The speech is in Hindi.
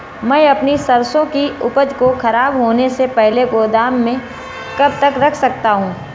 मैं अपनी सरसों की उपज को खराब होने से पहले गोदाम में कब तक रख सकता हूँ?